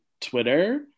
twitter